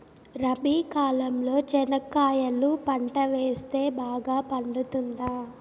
రబి కాలంలో చెనక్కాయలు పంట వేస్తే బాగా పండుతుందా?